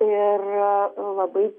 ir labai